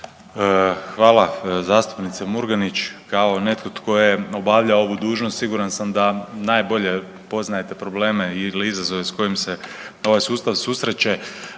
Hvala zastupnice Murganić, kao netko tko je obavljao ovu dužnost siguran sam da najbolje poznajete probleme ili izazove s kojim se ovaj sustav susreće.